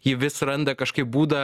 ji vis randa kažkaip būdą